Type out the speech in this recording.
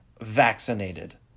vaccinated